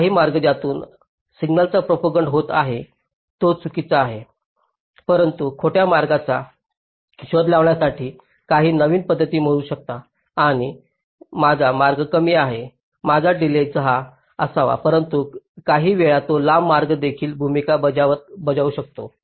काही मार्ग ज्यातून सिग्नलचा प्रोपागंट होत आहे तो चुकीचा आहे परंतु खोट्या मार्गाचा शोध घेण्यासाठी काही नवीन पद्धती म्हणू शकतात की माझा मार्ग कमी आहे माझा डिलेज हा असावा परंतु काहीवेळा तो लांब मार्ग देखील भूमिका बजावू शकतो